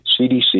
CDC